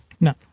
No